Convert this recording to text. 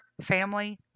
family